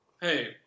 hey